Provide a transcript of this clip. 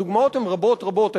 הדוגמאות הן רבות רבות.